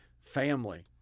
family